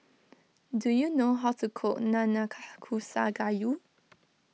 do you know how to cook Nanakusa Gayu